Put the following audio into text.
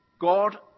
God